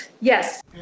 Yes